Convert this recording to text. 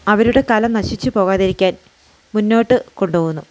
അവരുടെ കല നശിച്ചു പോകാതിരിക്കാൻ മുന്നോട്ട് കൊണ്ടു പോകുന്നു